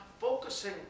focusing